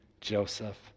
Joseph